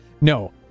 No